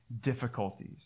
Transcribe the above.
difficulties